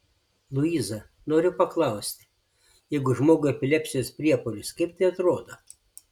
luiza noriu paklausti jeigu žmogui epilepsijos priepuolis kaip tai atrodo